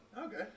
Okay